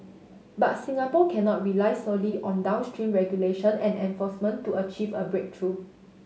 but Singapore cannot rely solely on downstream regulation and enforcement to achieve a breakthrough